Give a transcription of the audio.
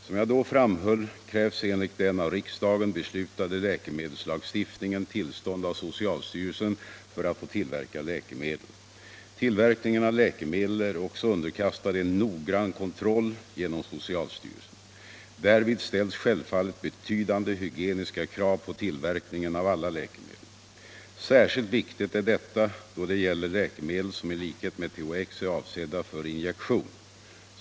Som jag då framhöll krävs enligt den av riksdagen beslutade läkemedelslagstiftningen tillstånd av socialstyrelsen för att få tillverka läkemedel. Tillverkningen av läkemedel är också underkastad en noggrann kontroll genom socialstyrelsen. Därvid ställs självfallet betydande hygieniska krav på tillverkningen av alla läkemedel. Särskilt viktigt är detta då det gäller läkemedel som i likhet med THX är avsedda för injektion.